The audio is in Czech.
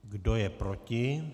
Kdo je proti?